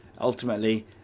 ultimately